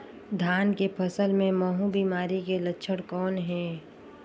धान के फसल मे महू बिमारी के लक्षण कौन हे?